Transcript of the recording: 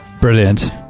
Brilliant